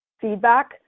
feedback